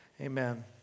Amen